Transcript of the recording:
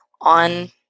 on